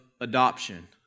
adoption